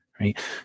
right